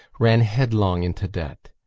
ran headlong into debt.